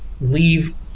leave